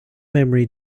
memory